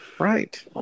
Right